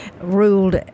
ruled